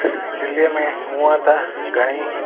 दिल्लीअ में हूअं त घणेई